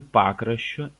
pakraščiu